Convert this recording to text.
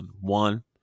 One